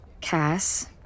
Cass